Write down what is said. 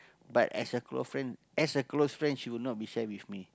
but as a close friend as a close friend she will not be share with me